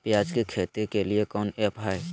प्याज के खेती के लिए कौन ऐप हाय?